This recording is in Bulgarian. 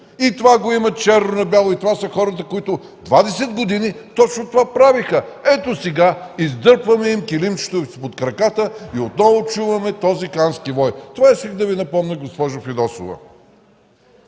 Това го има черно на бяло. Това са хората, които 20 години точно това правеха. Ето сега – издърпваме им килимчето изпод краката и отново чуваме този кански вой. Това исках да Ви напомня, госпожо Фидосова.